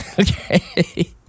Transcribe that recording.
Okay